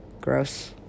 Gross